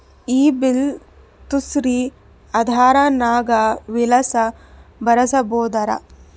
ಈ ಬಿಲ್ ತೋಸ್ರಿ ಆಧಾರ ನಾಗ ವಿಳಾಸ ಬರಸಬೋದರ?